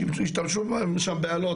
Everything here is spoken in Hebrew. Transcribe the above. השתמשו שם באלות,